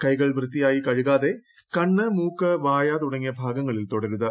കൈകൾ വൃത്തിയായി കഴുകാതെ കണ്ണ് മൂക്ക് വായ് തുടങ്ങിയ ഭാഗങ്ങളിൽ തൊടരുത്